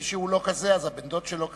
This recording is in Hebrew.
מי שהוא לא כזה, אז בן-הדוד שלו כזה,